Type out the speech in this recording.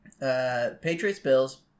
Patriots-Bills